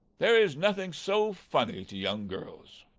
there is nothing so funny to young girls.